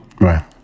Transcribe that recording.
Right